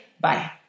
Bye